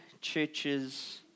churches